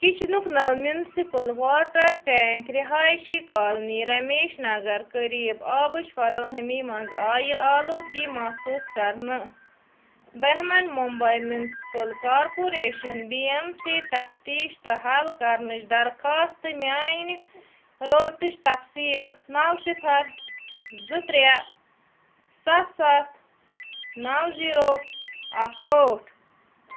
کِچنُک نَل municipal water tank رِہایشی colony Ramesh Nagar قریٖب آبٕچ فراہمی منٛز آیہِ آلوٗدگی محسوٗس کرنہٕ Brihanmumbai municipal corporation B M C تَفتیٖش تہٕ حل کرنٕچ درخواستہٕ میانہِ رٲبطچ تفصیٖل نَو صِفَر زٕ ترٛےٚ سَتھ سَتھ نَو زیٖرو اَکھ ٲٹھ